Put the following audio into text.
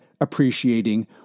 appreciating